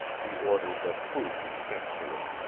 he ordered that food be sent to her.